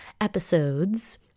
episodes